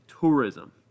tourism